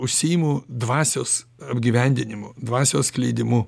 užsiimu dvasios apgyvendinimu dvasios skleidimu